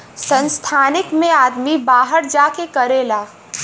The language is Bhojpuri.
संस्थानिक मे आदमी बाहर जा के करेला